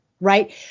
right